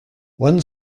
one